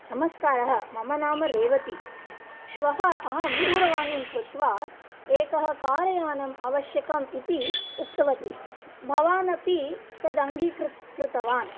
नमस्कारः मम नाम रेवतिः श्वः अहं दूरवाणीं कृत्वा एकः कार्यानम् आवश्यकम् इति उक्तवती भवान् अपि तद् अङ्गीकृतवान्